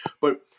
But-